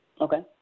Okay